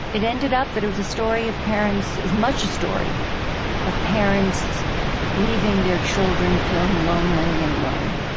it ended up that it was a story of parents as much a story of parents leaving their children feeling lonely and alone